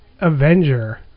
Avenger